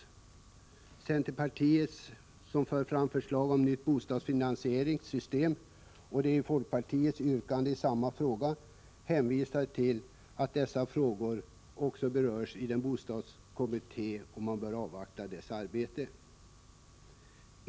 Med anledning av att centerpartiet för fram förslag om nytt bostadsfinansieringssystem och folkpartiets yrkande i samma fråga hänvisar utskottet till att dessa frågor också berörs i bostadskommittén och att man bör avvakta dess arbete.